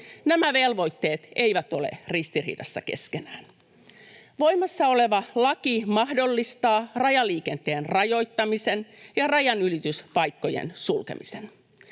Nämä velvoitteet eivät ole ristiriidassa keskenään. Voimassa oleva laki mahdollistaa rajaliikenteen rajoittamisen ja rajanylityspaikkojen sulkemisen.